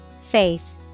Faith